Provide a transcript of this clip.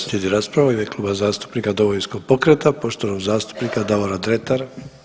Slijedi rasprava u ime Kluba zastupnika Domovinskog pokreta, poštovanog zastupnika Davora Dretara.